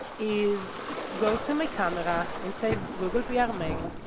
is go to my camera and say google vr ah main,